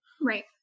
right